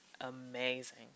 Amazing